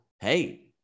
hey